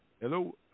Hello